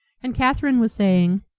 and catherine was saying,